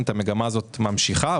את המגמה הזאת ממשיכה,